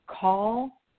Call